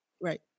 Right